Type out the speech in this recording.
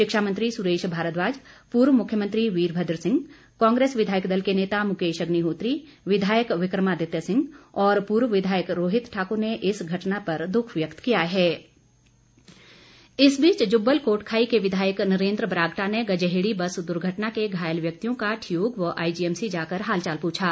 शिक्षा मंत्री सुरेश भारद्वाज पूर्व मुख्यमंत्री वीरमद्र सिंह कांग्रेस विधायक दल के नेता मुकेश अग्निहोत्री विधायक विकमादित्य सिंह और पूर्व विधायक रोहित ठाकुर ने इस घटना पर दुख व्यक्त किया बुरागटा इस बीच जुब्बल कोटखाई के विधायक नरेन्द्र बरागटा ने गजेहड़ी बस दुर्घटना के घायल व्यक्तियों का ठियोग व आईजीएमसी जाकर हालचाल पूछा